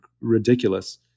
ridiculous